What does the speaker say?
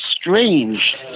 strange